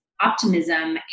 optimism